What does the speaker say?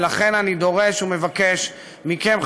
ולכן אני דורש ומבקש מכם,